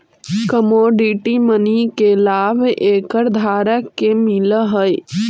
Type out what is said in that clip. commodity money के लाभ acre धारक के मिलऽ हई